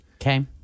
Okay